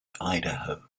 idaho